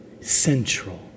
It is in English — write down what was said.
central